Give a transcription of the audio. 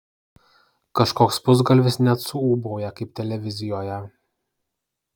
kažkoks pusgalvis net suūbauja kaip televizijoje